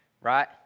right